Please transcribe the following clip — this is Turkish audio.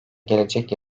gelecek